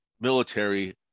military